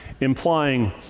implying